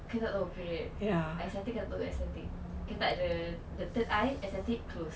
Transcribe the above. aku tak tahu period aesthetic [tau] aesthetic kita tak ada the third eye aesthetic close